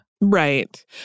Right